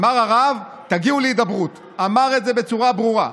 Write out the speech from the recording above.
אמר הרב: תגיעו להידברות, אמר את זה בצורה ברורה.